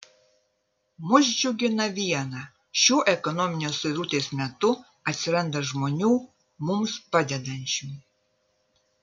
mus džiugina viena šiuo ekonominės suirutės metu atsiranda žmonių mums padedančių